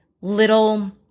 little